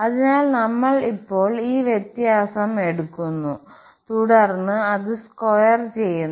അതിനാൽ നമ്മൾ ഇപ്പോൾ ഈ വ്യത്യാസം എടുക്കുന്നു തുടർന്ന് അത് സ്ക്വയർ ചെയ്യുന്നു